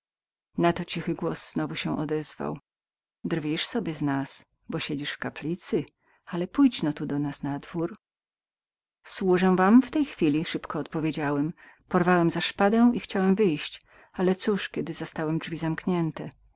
na to cichy głos znowu się odezwał drwisz sobie z nas bo siedzisz w kaplicy ale pójdźno tu do nas paniczu służę wam w tej chwili szybko odpowiedziałem porwałem za szpadę i chciałem wyjść ale coż kiedy zastałem drzwi zamknięte